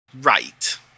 Right